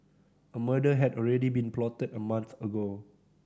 a murder had already been plotted a month ago